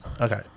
Okay